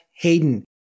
Hayden